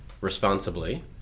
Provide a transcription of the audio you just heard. responsibly